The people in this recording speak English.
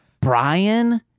Brian